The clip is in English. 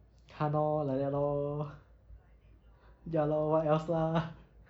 ya lor like that lor ya lor what else ah